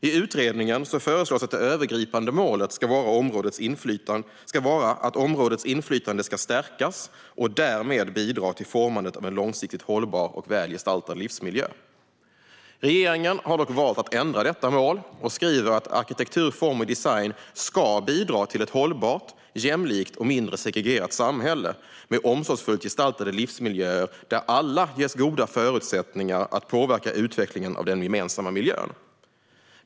I utredningen föreslås att det övergripande målet ska vara att områdets inflytande ska stärkas och därmed bidra till formandet av en långsiktigt hållbar och väl gestaltad livsmiljö. Regeringen har dock valt att ändra detta mål och skriver att arkitektur, form och design ska bidra till ett hållbart, jämlikt och mindre segregerat samhälle med omsorgsfullt gestaltade livsmiljöer där alla ges goda förutsättningar att påverka utvecklingen av den gemensamma miljön.